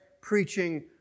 preaching